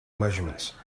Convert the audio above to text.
measurements